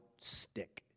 stick